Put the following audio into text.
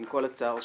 עם כל הצער שבדבר.